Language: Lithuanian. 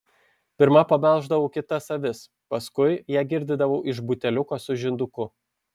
pirma pamelždavau kitas avis paskui ją girdydavau iš buteliuko su žinduku